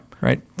right